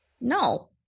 No